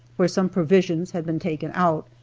where some provisions had been taken out,